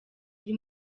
ndi